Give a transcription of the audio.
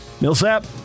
Millsap